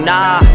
Nah